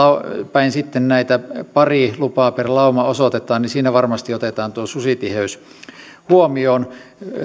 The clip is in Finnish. päin sitten näitä paria lupaa per lauma osoitetaan varmasti otetaan susitiheys huomioon